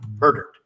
murdered